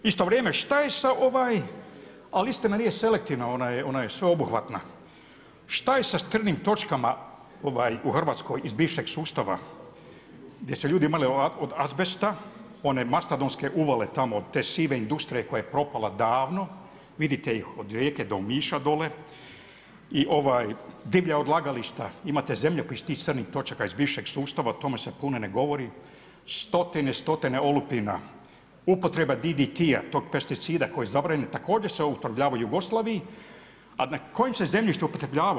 U isto vrijeme šta je sa, ali istina nije selektivna, ona je sveobuhvatna, šta je sa crnim točkama u Hrvatskoj, iz bivšeg sustava gdje su ljudi imali od azbesta, one mastodonske uvale, te sive industrije koja je propala davno, vidite ih od Rijeke do Omiša dolje i divlja odlagališta, imate zemlje koje su iz tih crnih točaka, iz bivšeg sustava, o tome se puno ne govori, stotine i stotine olupina, upotreba DDTI-ja, tog pesticida koji su zabranjeni, također su se upotrebljavali u Jugoslaviji, a na kojem se zemljištu upotrebljavao?